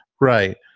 Right